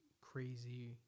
crazy